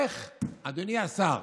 אדוני השר,